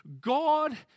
God